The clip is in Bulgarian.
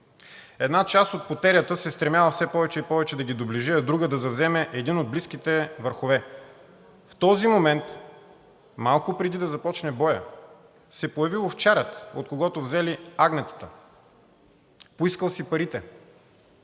Една част от потерята се стремяла все повече и повече да ги доближи, а друга – да завземе един от близките върхове. В този момент, малко преди да започне боят, се появил овчарят, от когото взели агнетата. Поискал си парите.